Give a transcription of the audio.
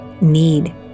need